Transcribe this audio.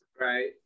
Right